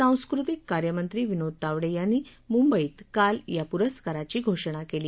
सांस्कृतिक कार्यमंत्री विनोद तावडे यांनी मुंबईत काल या पुरस्काराची घोषणा केली